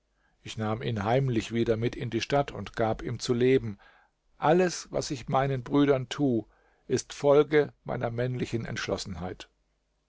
ich nahm ihn heimlich wieder mit in die stadt und gab ihm zu leben alles was ich meinen brüdern tu ist folge meiner männlichen entschlossenheit